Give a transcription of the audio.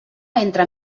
entre